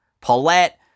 Paulette